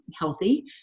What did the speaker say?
healthy